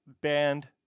Band